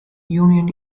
union